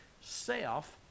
self